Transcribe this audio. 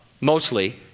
mostly